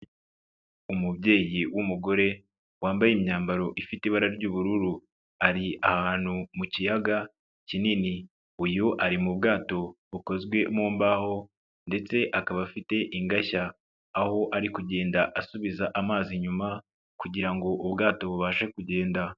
Umubyeyi w'umugore wambaye imyambaro ifite ibara ry'ubururu, ari ahantu mu kiyaga kinini ,uyu ari mu bwato bukozwe mu mbaho ndetse akaba afite ingashya, aho ari kugenda asubiza amazi inyuma kugira ngo ubwato bubashe kugenda.